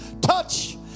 Touch